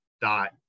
dot